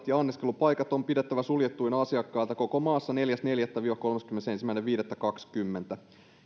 ja anniskelupaikat on pidettävä suljettuina asiakkailta koko maassa neljäs neljättä viiva kolmaskymmenesensimmäinen viidettä kaksikymmentä